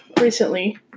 recently